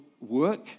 work